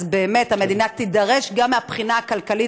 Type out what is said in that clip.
אז באמת המדינה תידרש גם מהבחינה הכלכלית